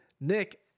Nick